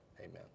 Amen